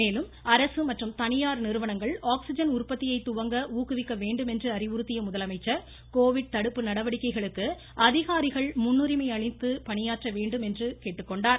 மேலும் அரசு மற்றும் தனியார் நிறுவனங்கள் ஆக்சிஜன் உற்பத்தியை துவங்க ஊக்குவிக்க வேண்டுமென்று அறிவுறுத்திய முதலமைச்சர் கோவிட் தடுப்பு நடவடிக்கைகளுக்கு அதிகாரிகள் முன்னுரிமை அளித்து பணியாற்ற வேண்டுமென்று கேட்டுக்கொண்டார்